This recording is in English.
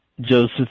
Joseph